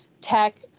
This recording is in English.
tech